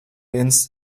ins